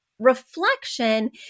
reflection